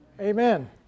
amen